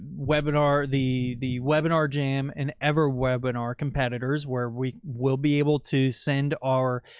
webinar, the the webinar jam and ever webinar competitors, where we will be able to send our,